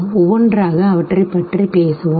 ஒவ்வொன்றாகப் அவற்றைப் பற்றி பேசுவோம்